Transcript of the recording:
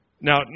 Now